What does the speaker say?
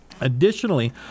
Additionally